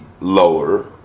lower